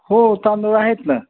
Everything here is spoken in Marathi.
हो तांदूळ आहेत ना